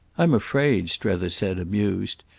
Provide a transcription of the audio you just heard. i'm afraid, strether said, amused,